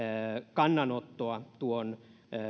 kannanottoa tuon